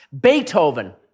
Beethoven